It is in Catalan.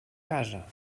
casa